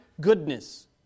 goodness